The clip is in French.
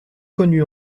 connu